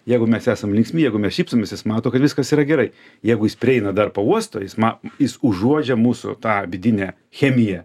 jeigu mes esam linksmi jeigu mes šypsomės jis mato kad viskas yra gerai jeigu jis prieina dar pauosto jis ma jis užuodžia mūsų tą vidinę chemiją